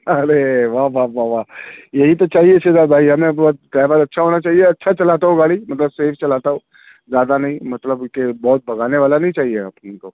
ارے واہ واہ واہ واہ یہی تو چاہیے شہزاد بھائی ہمیں وہ ڈرائیور اچھا ہونا چاہیے اچھا چلاتا ہو گاڑی مطلب سیف چلاتا ہو زیادہ نہیں مطلب کہ بہت بھگانے والا نہیں چاہیے حقیر کو